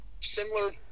similar